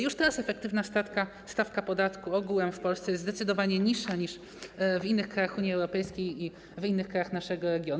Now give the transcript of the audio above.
Już teraz efektywna stawka podatku ogółem w Polsce jest zdecydowanie niższa niż w innych krajach Unii Europejskiej i w innych krajach naszego regionu.